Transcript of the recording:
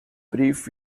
brief